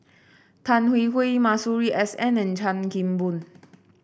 Tan Hwee Hwee Masuri S N and Chan Kim Boon